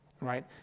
right